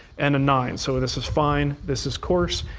and a nine. so this is fine. this is coarse.